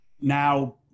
now